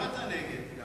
נסים, למה אתה נגד?